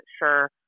sure